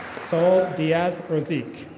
so diaz ozique.